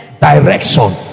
direction